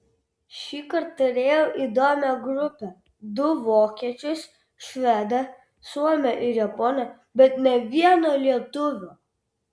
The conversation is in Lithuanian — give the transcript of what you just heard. šįkart turėjau įdomią grupę du vokiečius švedą suomę ir japonę bet nė vieno lietuvio